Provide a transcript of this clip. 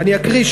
אני אקריא,